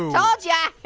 and told ya.